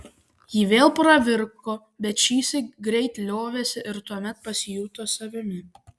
ji vėl pravirko bet šįsyk greit liovėsi ir tuomet pasijuto savimi